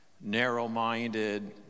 narrow-minded